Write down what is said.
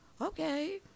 Okay